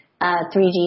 3G